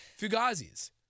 Fugazis